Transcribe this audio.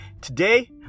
Today